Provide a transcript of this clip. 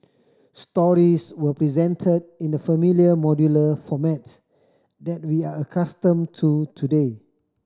stories were presented in the familiar modular format that we are accustomed to today